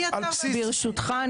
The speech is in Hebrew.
ברשותך,